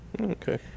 Okay